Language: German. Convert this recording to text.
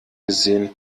gesehen